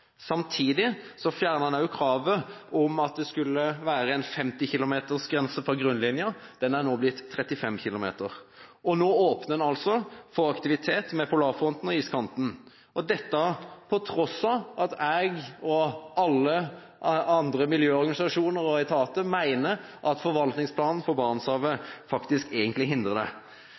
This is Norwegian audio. Samtidig fjernet en kravet om at det skulle være en 50-kilometersgrense fra grunnlinjen. Den er nå blitt 35 kilometer. Nå åpner en altså for aktivitet i tilknytning til polarfronten og iskanten – på tross av at jeg og alle miljøorganisasjoner og miljøetater mener at forvaltningsplanen for Barentshavet faktisk egentlig hindrer det.